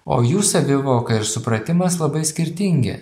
o jų savivoka ir supratimas labai skirtingi